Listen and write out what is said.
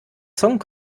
song